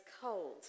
cold